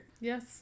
Yes